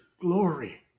glory